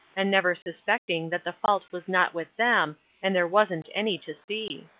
and never suspecting that the fault was not with them and there wasn't any to see.